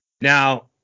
now